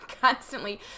constantly